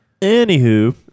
Anywho